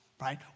right